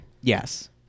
Yes